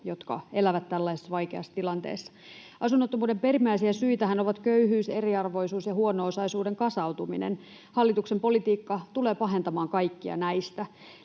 jotka elävät tällaisessa vaikeassa tilanteessa. Asunnottomuuden perimmäisiä syitähän ovat köyhyys, eriarvoisuus ja huono-osaisuuden kasautuminen. Hallituksen politiikka tulee pahentamaan kaikkia näitä.